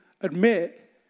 admit